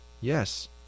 Yes